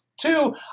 Two